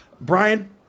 Brian